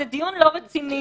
זה דיון לא רציני.